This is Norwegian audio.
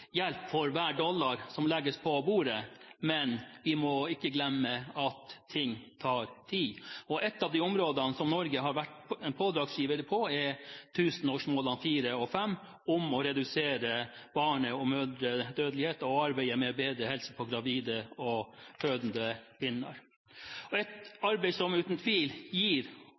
hjelp ut av hver dollar som legges på bordet, men vi må ikke glemme at ting tar tid. Et av de områdene hvor Norge har vært en pådriver, er tusenårsmål nr. 4 – om å redusere barne- og mødredødelighet – og tusenårsmål nr. 5: arbeidet med å forbedre helsen til gravide og fødende kvinner. Dette er et arbeid som uten tvil har gitt – og gir